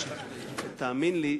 תאמין לי,